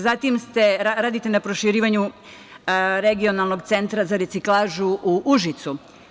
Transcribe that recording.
Zatim, radite na proširivanju Regionalnog centra za reciklažu u Užicu.